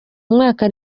umwaka